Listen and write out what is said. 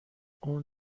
اون